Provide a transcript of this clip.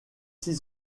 six